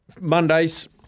Mondays